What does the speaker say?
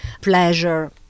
Pleasure